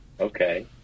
Okay